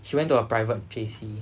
she went to a private J_C